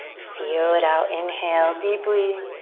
feel it out. inhale deeply.